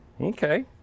Okay